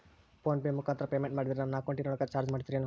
Phone pay ಮುಖಾಂತರ payment ಮಾಡಿದರೆ ನನ್ನ ಅಕೌಂಟಿನೊಳಗ ಚಾರ್ಜ್ ಮಾಡ್ತಿರೇನು?